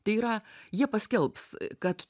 tai yra jie paskelbs kad